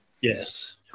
Yes